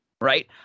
Right